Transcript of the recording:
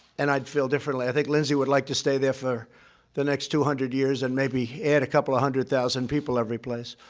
and i feel differently. i think lindsey would like to stay there for the next two hundred years and maybe add a couple of hundred thousand people every place.